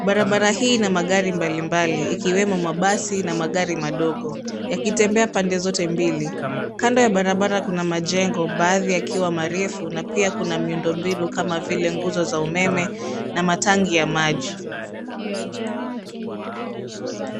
barabara hii na magari mbalimbali ikiwemo mabasi na magari madogo yakitembea pande zote ,mbili kando ya barabara kuna majengo baadhi yakiwa marefu na pia kuna miundo mbinu kama vile nguzo za umeme na matangi ya maji.